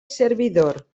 servidor